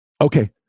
Okay